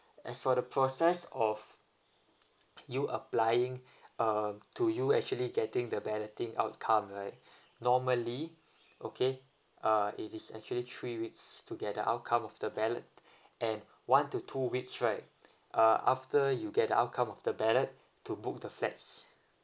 as for the process of you applying um to you actually getting the balloting outcome right normally okay uh it is actually three weeks to get the outcome of the ballot and one to two weeks right uh after you get the outcome of the ballot to book the flats